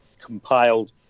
compiled